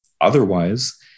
otherwise